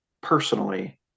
personally